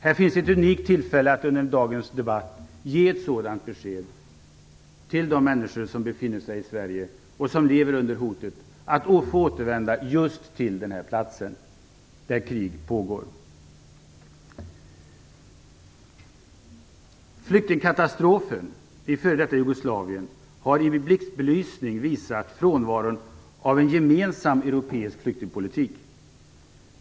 Här finns ett unikt tillfälle att under dagens debatt ge ett sådant besked till de människor som befinner sig i Sverige och som lever under hotet om att få återvända till just den här platsen där krig pågår. Flyktingkatastrofen i f.d. Jugoslavien har i en blixtbelysning visat frånvaron av en gemensam europeisk flyktingpolitik.